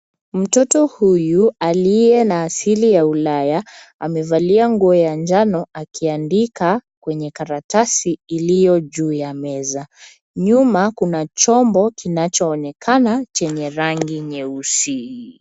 Mtoto huyu aliye na asili ya ulaya amevalia nguo ya njano akiandika kwenye karatasi iliyo juu ya meza. Nyuma kuna chombo kinachoonekana chenye rangi nyeusi.